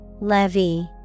Levy